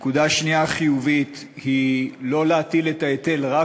נקודה שנייה חיובית היא לא להטיל את ההיטל רק